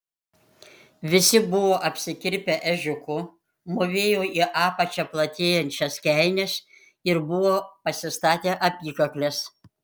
visi buvo apsikirpę ežiuku mūvėjo į apačią platėjančias kelnes ir buvo pasistatę apykakles